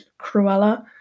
Cruella